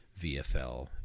VFL